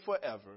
forever